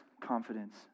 confidence